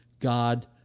God